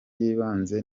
y’ibanze